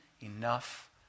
enough